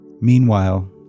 Meanwhile